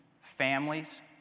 families